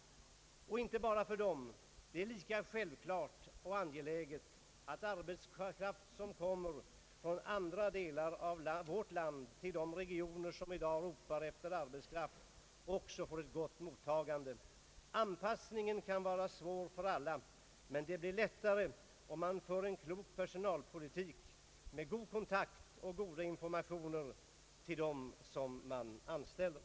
Det gäller för övrigt inte bara för dem. Det är lika självklart och angeläget att arbetskraft som kommer från andra delar av vårt land till de regioner som ropar efter arbetskraft också får ett gott mottagande. Anpassningen kan vara svår för alla, men den blir lättare om man för en klok personalpolitik med god kontakt och goda informationer till dem man anställer.